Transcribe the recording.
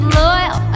loyal